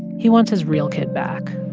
he wants his real kid back,